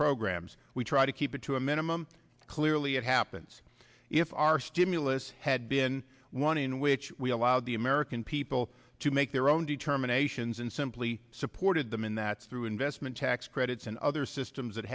programs we try to keep it to a minimum clearly it happens if our stimulus had been one in which we allowed the american people to make their own determinations and simply supported them in that through investment tax credits and other systems that